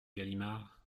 galimard